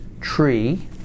tree